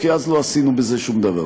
כי אז לא עשינו בזה שום דבר.